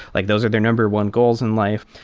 like those are their number one goals in life.